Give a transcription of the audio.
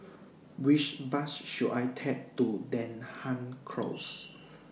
Which Bus should I Take to Denham Close